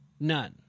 None